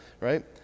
right